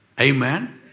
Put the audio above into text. Amen